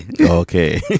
Okay